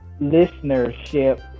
listenership